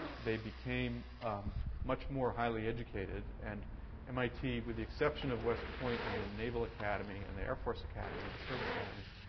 they became much more highly educated. and mit, with the exception of west point and the naval academy and air force academy, the service academies,